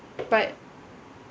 but